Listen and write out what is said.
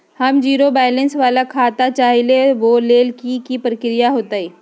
हम zero balance वाला खाता चाहइले वो लेल की की प्रक्रिया होतई?